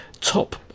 top